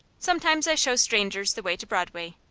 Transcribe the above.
sometimes i show strangers the way to broadway.